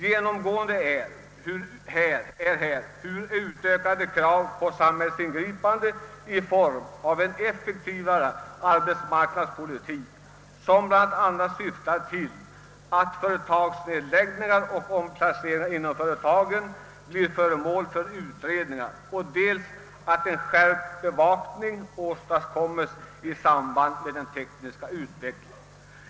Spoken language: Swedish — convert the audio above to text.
Genomgående är här ökade krav på samhällsingripande i form av en effektivare arbetsmarknadspolitik, som bl.a. syftar till att företagsnedläggningar och omplaceringar inom företagen blir föremål för utredingar, samt krav på en skärpt bevakning i samband med den tekniska utvecklingen.